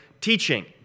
teaching